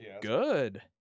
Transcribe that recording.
good